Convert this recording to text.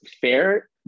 fair